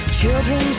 children